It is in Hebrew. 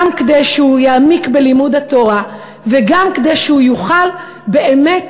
גם כדי שהוא יעמיק בלימוד התורה וגם כדי שהוא יוכל באמת